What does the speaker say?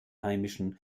heimischen